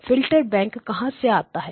filter bank कहां से आता है